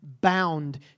bound